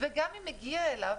וגם אם הגיע אליו,